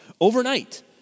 overnight